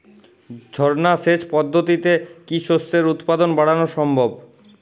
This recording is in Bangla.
ঝর্না সেচ পদ্ধতিতে কি শস্যের উৎপাদন বাড়ানো সম্ভব?